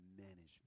management